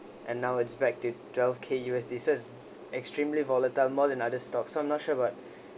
and now it's back to twelve K U_S_D so it's extremely volatile more than other stock so I'm not sure about